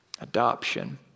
Adoption